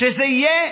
שזה יהיה,